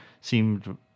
seemed